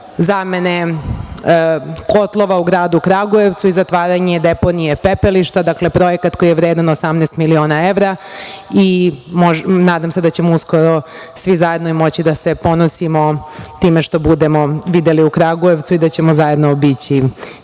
zamene kotlova u gradu Kragujevcu i zatvaranje deponije i pepelišta, projekat koji je vredan 18 miliona evra. Nadam se da ćemo uskoro svi zajedno moći da se ponosimo time što budemo videli u Kragujevcu i da ćemo zajedno obići